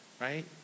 right